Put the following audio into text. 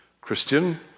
Christian